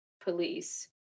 police